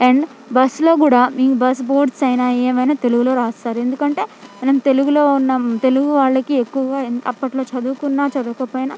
and బస్లో కూడా bus boards అయినా ఏమైనా తెలుగులో రాస్తారు ఎందుకంటే మనం తెలుగులో ఉన్నాం తెలుగు వాళ్ళకి ఎక్కువ అప్పట్లో చదువుకున్న చదువుకోకపోయినా